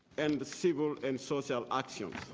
and the civil and social actions.